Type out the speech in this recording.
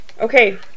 Okay